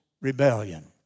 rebellion